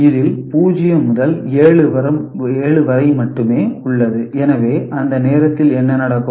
இதில் 0 முதல் 7 வரை மட்டுமே உள்ளது எனவே அந்த நேரத்தில் என்ன நடக்கும்